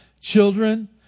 Children